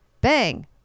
bang